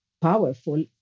powerful